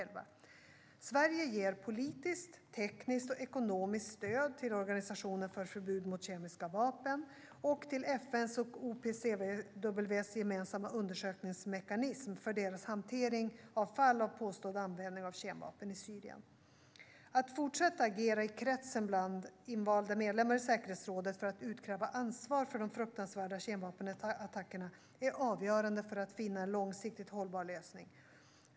Att fortsätta agera i kretsen av invalda medlemmar i säkerhetsrådet för att utkräva ansvar för de fruktansvärda kemvapenattackerna är avgörande för att finna en långsiktigt hållbar lösning.